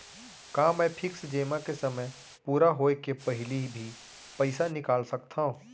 का मैं फिक्स जेमा के समय पूरा होय के पहिली भी पइसा निकाल सकथव?